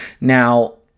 Now